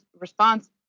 response